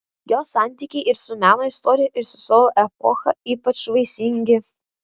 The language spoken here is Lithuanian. jo santykiai ir su meno istorija ir su savo epocha ypač vaisingi